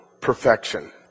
perfection